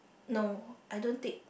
no I don't take